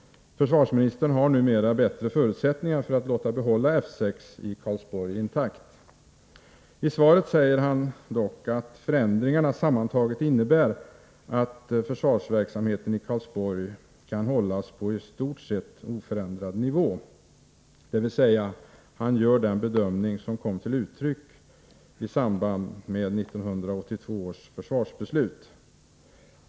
Försvarsministern har numera bättre förutsättningar för att låta behålla F 6 i Karlsborg intakt. I svaret säger försvarsministern dock att förändringarna sammantaget innebär att försvarsverksamheten i Karlsborg kan hållas på en i stort sett oförändrad nivå, dvs. han gör den bedömning som kom till uttryck vid 1982 års försvarsbeslut.